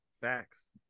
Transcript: Facts